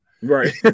Right